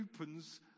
opens